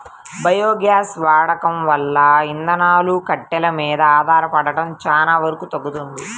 biogas వాడకం వల్ల ఇంధనాలు, కట్టెలు మీద ఆధారపడటం చానా వరకు తగ్గుతది